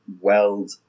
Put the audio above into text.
weld